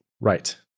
Right